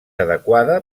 adequada